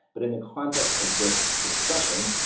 but in the context of this discussion,